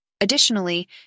Additionally